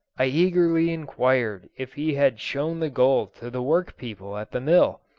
i eagerly inquired if he had shown the gold to the work-people at the mill,